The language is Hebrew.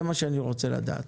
זה מה שאני רוצה לדעת.